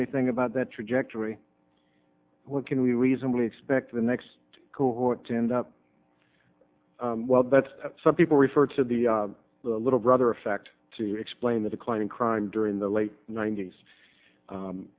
anything about that trajectory what can we reasonably expect the next cohort to end up well that's some people refer to the little brother effect to explain the decline in crime during the late ninet